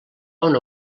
una